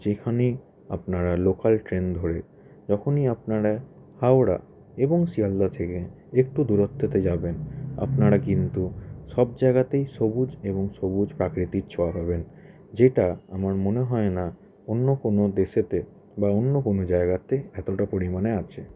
যেখানেই আপনারা local train ধরে যখনই আপনারা হাওড়া এবং শিয়ালদা থেকে একটু দূরত্বতে যাবেন আপনারা কিন্তু সব জায়গাতেই সবুজ এবং সবুজ প্রাকৃতিক ছোঁয়া পাবেন যেটা আমার মনে হয় না অন্য কোনো দেশেতে বা অন্য কোনো জায়গাতে এতটা পরিমাণে আছে